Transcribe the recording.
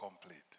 complete